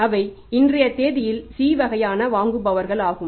அவை இன்றைய தேதியில் C வகையான வாங்குபவர்கள் ஆகும்